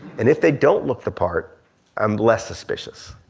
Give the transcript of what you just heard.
and if they don't look the part i'm less suspicious.